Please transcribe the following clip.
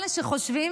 אלה שחושבים,